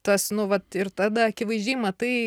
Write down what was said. tas nu vat ir tada akivaizdžiai matai